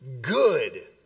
good